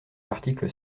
l’article